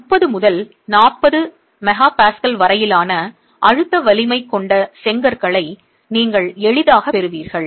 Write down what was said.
30 முதல் 40 MPa வரையிலான அழுத்த வலிமை கொண்ட செங்கற்களை நீங்கள் எளிதாகப் பெறுவீர்கள்